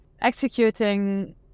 executing